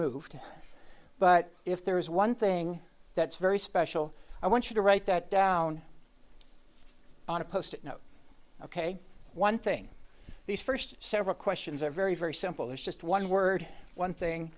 moved but if there is one thing that's very special i want you to write that down on a post ok one thing these first several questions are very very simple is just one word one thing